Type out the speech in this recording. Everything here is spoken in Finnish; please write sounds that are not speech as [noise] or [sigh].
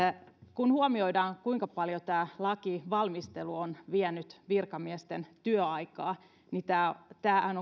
kun huomioidaan kuinka paljon tämä lakivalmistelu on vienyt virkamiesten työaikaa niin tämähän [unintelligible]